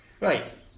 Right